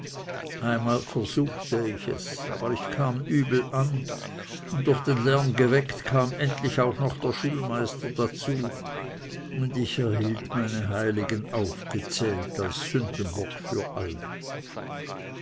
einmal versuchte ich es aber ich kam übel an und durch den lärm geweckt kam endlich auch noch der schulmeister dazu und ich erhielt meine heiligen aufgezählt als sündenbock für alle